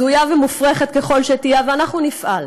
הזויה ומופרכת ככל שתהיה, אבל אנחנו נפעל.